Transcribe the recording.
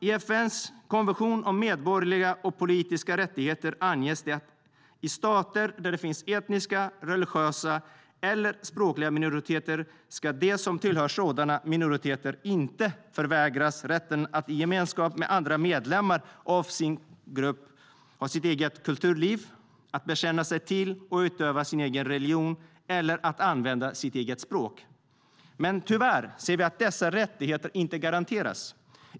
I FN:s konvention om medborgerliga och politiska rättigheter anges det att i stater där det finns etniska, religiösa eller språkliga minoriteter ska de som tillhör sådana minoriteter inte förvägras rätten att i gemenskap med andra medlemmar av sin grupp utöva ett eget kulturliv, bekänna sig till och utöva sin egen religion eller använda sitt eget språk. Men tyvärr ser vi att dessa rättigheter inte garanteras.